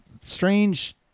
strange